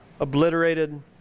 Obliterated